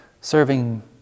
serving